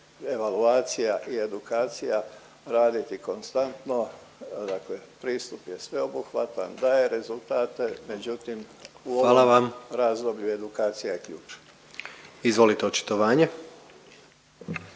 evaluacija i edukacija raditi konstantno, dakle pristup je sveobuhvatan, daje rezultate međutim u ovom razdoblju … …/Upadica predsjednik: Hvala./…